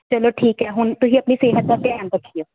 ਚਲੋ ਠੀਕ ਹ ਹੁਣ ਤੁਸੀਂ ਆਪਣੀ ਸਿਹਤ ਦਾ ਧਿਆਨ ਰੱਖੀਓ